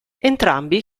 entrambi